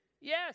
yes